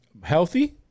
Healthy